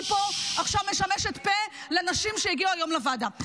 אני פה עכשיו משמשת פה לנשים שהגיעו היום לוועדה.